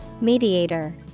Mediator